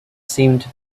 seemed